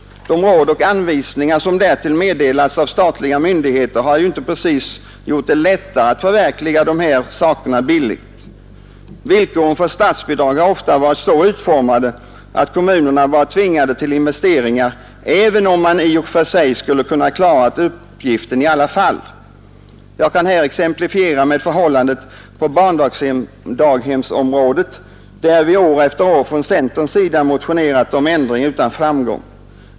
De råd och anvisningar som därtill meddelats av statliga myndigheter har ju inte precis gjort det lättare att förverkliga dessa saker billigt. Villkoren för statsbidrag har ofta varit så utformade att kommunerna varit tvingade till investeringar även om man i och för sig skulle kunnat klara uppgiften i alla fall. Jag kan här exemplifiera med förhållandet på barndaghemsområdet, där vi år efter år från centerns sida motionerat om ändring utan framgång.